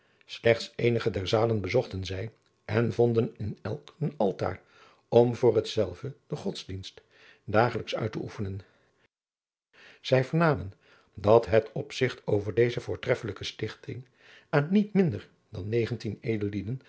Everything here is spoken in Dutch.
slechts eenige der zalen bezochten zij en vonden in elk een altaar om voor hetzelve den godsdienst dagelijks uit te oefenen zij vernamen dat het opzigt over deze voortreffelijke slichting aan niet minder dan negentien